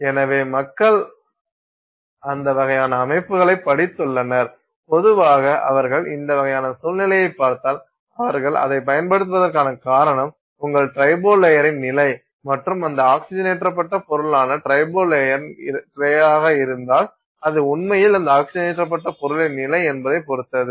எனவே மக்கள் அந்த வகையான அமைப்புகளைப் படித்துள்ளனர் பொதுவாக அவர்கள் இந்த வகையான சூழ்நிலையைப் பார்த்தால் அவர்கள் அதைப் பயன்படுத்துவதற்கான காரணம் உங்கள் ட்ரிபோ லேயரின் நிலை மற்றும் இந்த ஆக்ஸிஜனேற்றப்பட்ட பொருளான ட்ரிபோ லேயராக இருந்தால் அது உண்மையில் அந்த ஆக்ஸிஜனேற்றப்பட்ட பொருளின் நிலை என்ன என்பதைப் பொறுத்தது